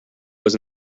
was